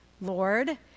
Lord